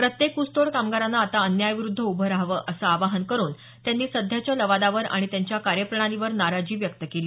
प्रत्येक ऊसतोड कामगारानं आता अन्यायाविरूद्ध उभं राहावं असं आवाहन करून त्यांनी सध्याच्या लवादावर आणि त्यांच्या कार्यप्रणालीवर नाराजी व्यक्त केली